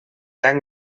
tan